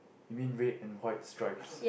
you mean red and white stripes